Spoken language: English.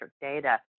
data